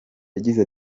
yagize